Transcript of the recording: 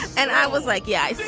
and i was like yeah see.